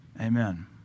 Amen